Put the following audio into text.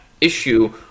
issue